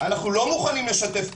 אנחנו לא מוכנים לשתף פעולה,